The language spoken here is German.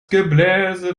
gebläse